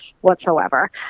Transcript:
whatsoever